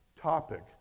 topic